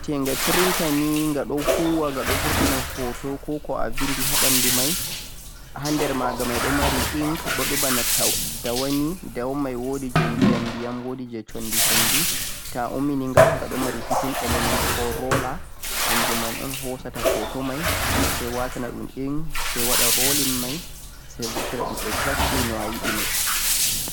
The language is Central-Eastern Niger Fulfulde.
machine vieya printer nei gha don huuwa gha don burtina hoto ko ko a bindi haa banduu mei hander ma gha don mari ink boono bana tau dawani dawummai woodi jee diyam-diyam woodi jee condi-condi toh ummini gha ghadon mari hitin element ko roler hanjin man o'n hoosata hoto mei sai watana dhum ink sai wada rolling mei sai burtana dum exactly no a yidi mei